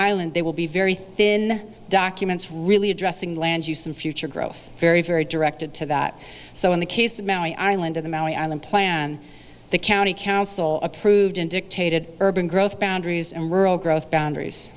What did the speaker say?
island they will be very thin documents really addressing land use and future growth very very directed to that so in the case of maui island of the maui island plan the county council approved in dictated urban growth boundaries and rural growth boundaries